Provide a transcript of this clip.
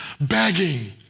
begging